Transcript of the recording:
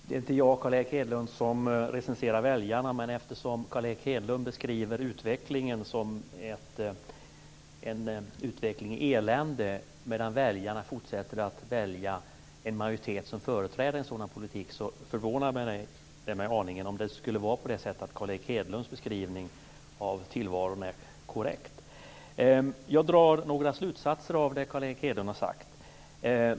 Fru talman! Det är inte jag som recenserar väljarna, Carl Erik Hedlund. Men eftersom Carl Erik Hedlund beskriver utvecklingen som en utveckling i elände medan väljarna fortsätter att välja en majoritet som företräder en sådan politik förvånar det mig aningen om det skulle vara på det sättet att Carl Erik Hedlunds beskrivning av tillvaron är korrekt. Jag drar några slutsatser av det Carl Erik Hedlund har sagt.